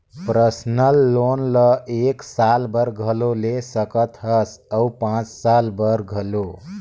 personal loan ल एक साल बर घलो ले सकत हस अउ पाँच साल बर घलो